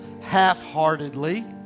half-heartedly